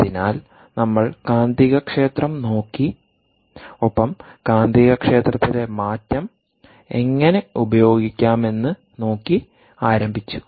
അതിനാൽ നമ്മൾ കാന്തികക്ഷേത്രം നോക്കി ഒപ്പം കാന്തികക്ഷേത്രത്തിലെ മാറ്റം എങ്ങനെ ഉപയോഗിക്കാമെന്ന് നോക്കി ആരംഭിച്ചു